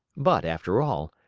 but, after all,